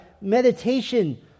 meditation